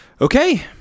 Okay